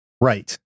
Right